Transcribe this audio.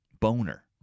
Boner